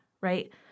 right